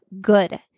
good